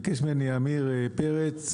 ביקש ממני עמיר פרץ,